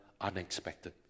unexpected